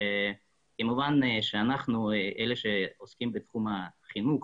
כמובן שאנחנו אלה שעוסקים בתחום החינוך,